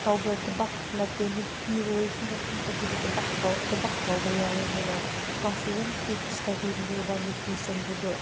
ꯇꯧꯕ ꯊꯕꯛ ꯅꯠꯇꯦ ꯅꯨꯄꯤ ꯑꯣꯏꯔꯁꯨ ꯅꯪꯁꯨ ꯑꯗꯨꯒꯤ ꯊꯕꯛꯇꯣ ꯊꯕꯛ ꯇꯧꯕ ꯌꯥꯏꯌꯦ ꯍꯥꯏꯅ ꯃꯥꯁꯦ ꯌꯥꯝ ꯇꯤꯆ ꯇꯧꯕꯤꯕꯅꯦꯕ ꯅꯨꯄꯤꯁꯤꯡꯕꯨꯗꯨ